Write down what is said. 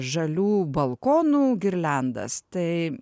žalių balkonų girliandas tai